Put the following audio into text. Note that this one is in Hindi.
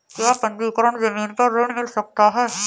क्या पंजीकरण ज़मीन पर ऋण मिल सकता है?